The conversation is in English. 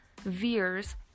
veers